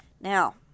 Now